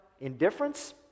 Indifference